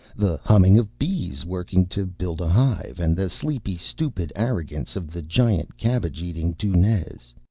the humming of bees working to build a hive, and the sleepy stupid arrogance of the giant cabbage-eating deuxnez.